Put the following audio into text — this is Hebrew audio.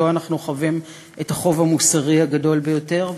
שלו אנחנו חבים את החוב המוסרי הגדול ביותר.